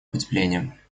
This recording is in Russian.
потепления